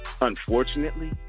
Unfortunately